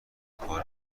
کار